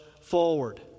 forward